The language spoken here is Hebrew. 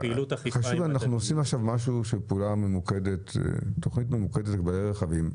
אנחנו עושים עכשיו תוכנית ממוקדת לגבי רכבים.